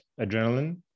adrenaline